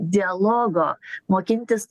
dialogo mokintis